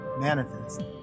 manifest